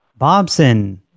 Bobson